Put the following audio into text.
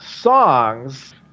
songs